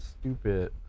stupid